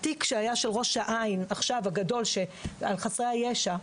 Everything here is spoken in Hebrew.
התיק הגדול של ראש העין על חסרי הישע,